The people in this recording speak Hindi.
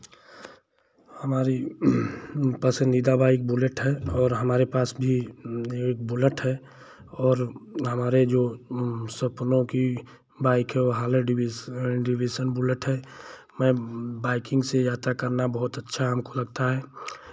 हमारी पसंदीदा बाइक बुलेट है और हमारे पास भी बुलेट है और हमारे जो सपनों की बाइक है वो हालो डिवीस डिवीसन बुलेट है में बाइकिंग से यात्रा करना बहुत अच्छा हमको लगता है